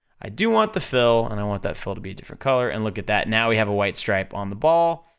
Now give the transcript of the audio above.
i do want the fill, and i want that fill to be a different color, and look at that, now we have a white stripe on the ball,